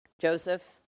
Joseph